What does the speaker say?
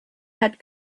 had